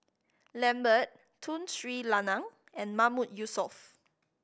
Lambert Tun Sri Lanang and Mahmood Yusof